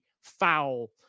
foul